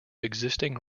existing